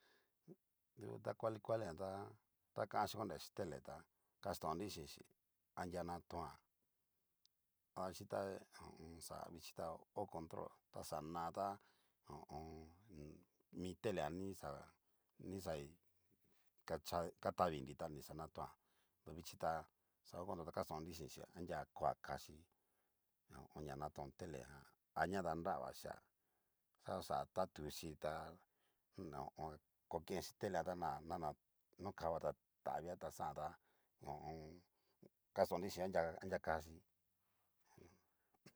Du ta kuali kuali jan tá, ta janchi konrexi tele ta kastonri xinxi anria natoan davaxichita vichita ho control ta xana ta ho o on. mi telejan nixa nixai kachai katabinri tá, xa natoán tavixita xahona kastonri xinxi, anria koa kaxí ña ho o on. ña natón tele jan, anria danravachia ta oxa tatuxi tá no'on kokenchi telejan nana nokava ta tavia xajan tá ho o on. kaston nri xinxi anria kaxhí.